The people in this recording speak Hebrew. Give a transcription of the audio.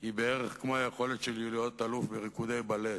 היא בערך כמו היכולת שלי להיות אלוף בריקודי בלט.